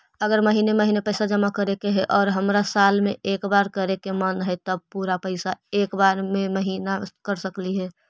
अगर महिने महिने पैसा जमा करे के है और हमरा साल में एक बार करे के मन हैं तब पुरा पैसा एक बार में महिना कर सकली हे?